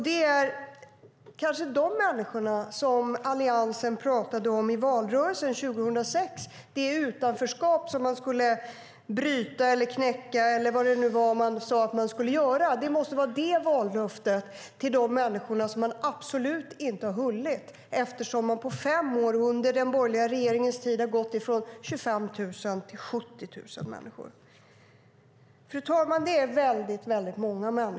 Det är kanske de människor som Alliansen talade om i valrörelsen 2006 och det utanförskap som man skulle bryta, knäcka eller vad det nu var man sade att man skulle göra. Det måste vara det vallöftet till de här människorna som man absolut inte har hållit eftersom man på fem år under den borgerliga regeringens tid har gått från 25 000 till 70 000 människor. Fru talman!